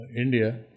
India